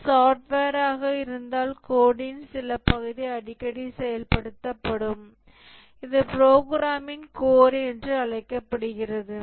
இது சாஃப்ட்வேராக இருந்தால் கோடின் சில பகுதி அடிக்கடி செயல்படுத்தப்படும் இது புரோகிராமின் கோர் என்று அழைக்கப்படுகிறது